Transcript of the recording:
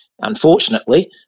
unfortunately